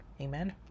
Amen